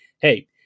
hey